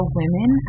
women